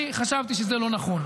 אני חשבתי שזה לא נכון.